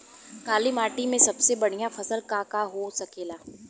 काली माटी में सबसे बढ़िया फसल का का हो सकेला?